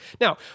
Now